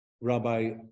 Rabbi